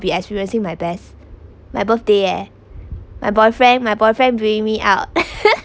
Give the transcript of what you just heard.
be experiencing my best my birthday eh my boyfriend my boyfriend bring me out